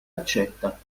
accetta